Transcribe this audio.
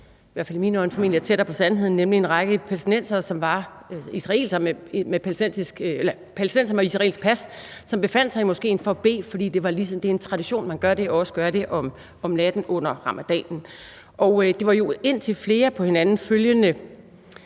formentlig er tættere på sandheden, nemlig at det var en række palæstinensere med israelsk pas, som befandt sig i moskéen for at bede, fordi det er en tradition, at man også gør det om natten under ramadanen. Og det var jo indtil flere på hinanden følgende,